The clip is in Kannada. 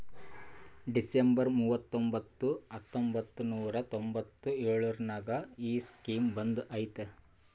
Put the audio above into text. ಡಿಸೆಂಬರ್ ಮೂವತೊಂಬತ್ತು ಹತ್ತೊಂಬತ್ತು ನೂರಾ ತೊಂಬತ್ತು ಎಳುರ್ನಾಗ ಈ ಸ್ಕೀಮ್ ಬಂದ್ ಐಯ್ತ